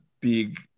big